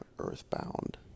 Earthbound